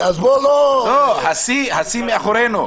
השיא מאחורינו.